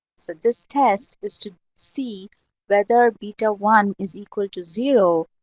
so this test is to see whether beta one is equal to zero,